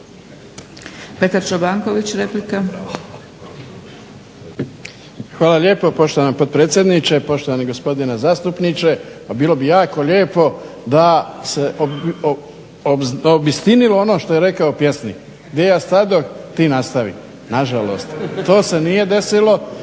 Petar Čobanković, replika.